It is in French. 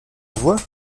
louvois